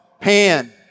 Pan